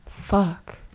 Fuck